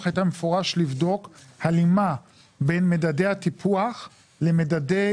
הייתה במפורש לבדוק הלימה בין מדדי הטיפוח למדדי